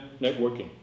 networking